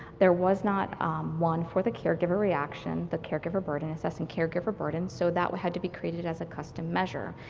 there was not one for the caregiver reaction, the caregiver burden, assessing caregiver burden, so that had to be created as a custom measure.